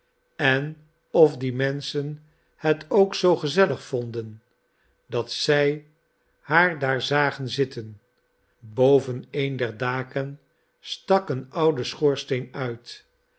en of die menschen het ook zoo gezellig vonden dat zij haar daar zagen zitten boven een der daken stak een oude schoorsteen uit